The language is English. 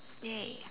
ya